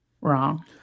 wrong